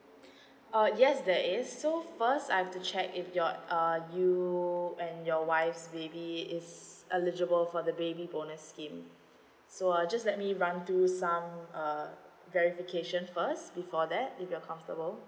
uh yes that is so first I've to check if you're uh you and your wife's baby is eligible for the baby bonus scheme so uh just let me run through some uh verification first before that if you're comfortable